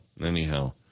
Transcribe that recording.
anyhow